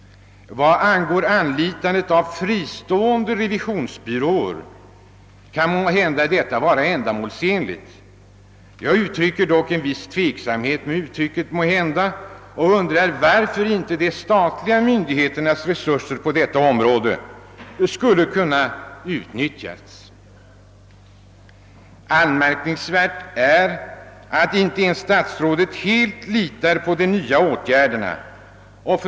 Att anlita fristående revisionsbyråer kan måhända vara ändamålsenligt. Jag säger »måhända» därför att jag undrar varför inte de statliga myndigheternas resurser på området skulle kunna utnyttjas. Anmärkningsvärt är att inte ens statsrådet helt litar på de nya åtgärderna.